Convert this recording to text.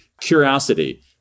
curiosity